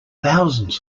thousands